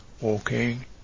walking